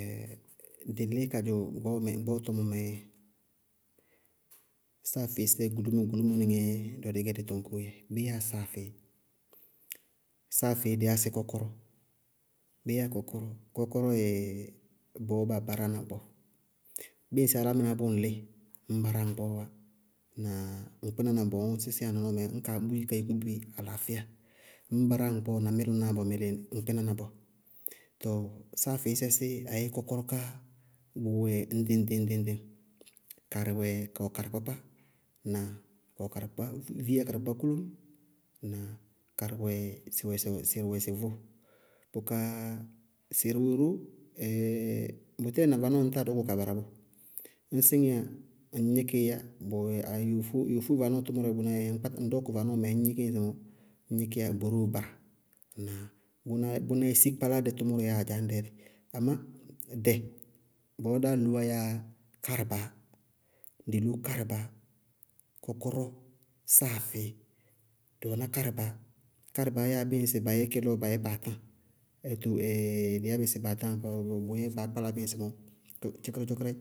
dɩ lí kadzʋ gbɔɔnɛɛ- gbɔɔ to bɔɔnɛɛ. Sáafɩí sɛ gulúmo gulúmo níŋɛɛ dɔ dɩí gɛ dí tɔŋñdzɛ. Bé yáa sáafɩí? Sáafɩí dɩí yá sɩ kɔkɔrɔ, dɩí yá kɔkɔrɔɔ yɛ bɔɔ baa baráana gbɔɔ, bɩɩ ŋsɩ álámɩná bʋ ŋlíɩ ŋñ bará ŋa gbɔɔɔ wá bʋ na ŋ kpínaná bɔɔ ñ sísíyá ŋ nɔnɔɔmɛ, ñ kaa bútí ka yúkú bɩ alaafɩya, ŋñ bará ŋ gbɔɔɔ na mɛlʋnaá bɔ mɛlɩ ŋ kpínaná bɔɔ. Tɔɔ sáafɩí sɛ sí ayéé kɔkɔrɔ ká, bʋwɛ ŋɖɩŋ-ŋɖɩŋ. Karɩ wɛ, ka wɛ karɩkpákpá, kawɛ karɩ kpákpá viíya karɩkpákpá kólóñ na karɩ wɛ sɩrɩwɛ sɩ wɛ sɩ vʋʋ bʋká sɩrɩ wɛ ró, bʋtɛɛ na vanɔɔ ŋñtáa dɔkʋ ka bara bɔɔ. Ñ síŋíyá, ŋñ gníkɩíyá, bʋwɛ aayí yofó, yofó vanɔɔ tʋmʋrɛɛ bʋná yɛɛ ŋñ kpáta ŋñ dɔkʋ vanɔɔmɛ, ññ gníkí ŋsɩmɔɔ, ñ gníkíyá boróo bara. Ŋnáa? Bʋná bʋná yɛ síkpáládɛɛ tʋmʋrɛɛ yá ajan dɛlɩ. Amá dɛ bɔɔ dáá loówá yáa kárabaá. Dɩ loó kárabaá kɔkɔrɔ, sáafɩí. Dɩ wɛná kárabaá, kárabaá yáa bíɩ ŋsɩ ba yɛ kɛ lɔ bayɛ kpaáta, wóto bʋʋyɛ baá kpála bí ŋsɩmɔɔ tchʋkʋlí-tchʋkʋlí,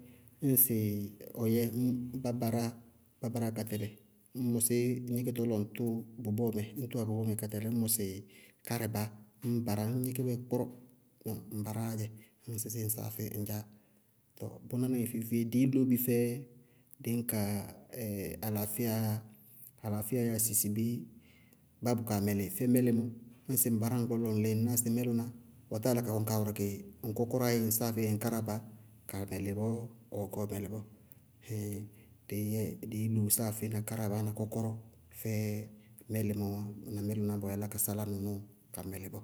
ñŋsɩ ɔyɛɛ bá baráa, bá baráa ka tɛlɩ, ñŋ ŋmɔsí gníkítɔ lɔ ŋtʋ bʋ bɔɔmɛ ñ tʋwá bʋ bɔɔmɛ ka tɛlɩ ññ mɔsɩ kárɩbá ññ bara ññ gníkí bʋʋyɛ kpɔrɔ! Tɔ ŋ batáaá dzɛ, ññ sísí ŋ sáafɩí ŋdzaá, tɔɔ bʋná níŋɛ feé-feé dɩí loó bɩ fɛ dɩ ñka alaafɩyaá yá, alaafíya yáa sɩsɩ bɩ? Bá bɛ kaa mɛlɩ, fɛ mɛlɩmɔ. Ñŋsɩ ŋ bará ŋ gbɔɔɔ lɔ ŋlɩɩ ŋñ ná sɩ mɛlʋná ɔ táa yála ka kɔnɩ kaa wɛrɛkɩ ŋ kɔkɔrɔ ayéé ŋ sáafɩí ŋ kárabaá ka ka mɛlɩ bɔɔ ɔɔ gɛyá ɔ mɛlɩ bɔɔ hɩɩɩŋ! Dɩí yɛ dɩí luñ sáafɩí na kárabaá kɔkɔrɔ fɛ mɛlɩmɔɔ wá na mɛlʋnaá bɔ yála ka sálá nɔnɔɔ ka mɛlɩ bɔɔ.